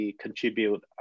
contribute